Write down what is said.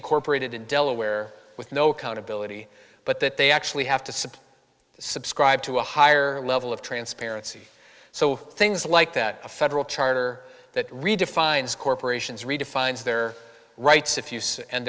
incorporated in delaware with no accountability but that they actually have to support subscribe to a higher level of transparency so things like that a federal charter that redefines corporations redefines their rights if use and